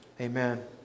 Amen